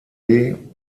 mit